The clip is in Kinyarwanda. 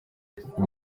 ubwo